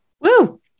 Woo